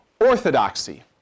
Orthodoxy